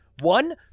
One